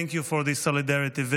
Thank you for this solidarity visit.